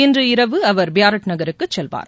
இன்று இரவு அவர் பியாரிட் நகருக்கு செல்வார்